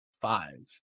five